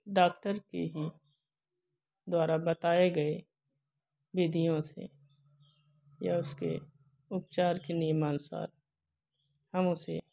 doctor की ही द्वारा बताए गए विधियों से या उसके उपचार के नियमानुसार हम उसे